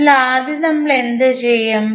അതിനാൽ ആദ്യം നമ്മൾ എന്തു ചെയ്യും